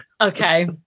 Okay